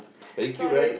very cute right